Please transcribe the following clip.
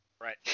Right